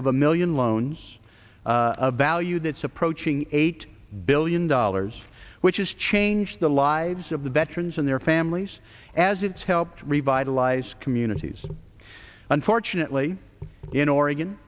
of a million loans a value that's approaching eight billion dollars which is change the lives of the veterans and their families as it's helped revitalize communities unfortunately in oregon